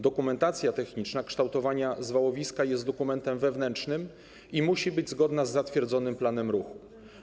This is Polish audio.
Dokumentacja techniczna kształtowania zwałowiska jest dokumentem wewnętrznym i musi być zgodna z zatwierdzonym planem ruchu.